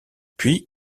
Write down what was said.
puis